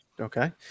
Okay